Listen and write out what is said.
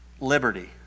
liberty